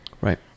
Right